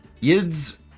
Yids